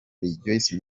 rejoice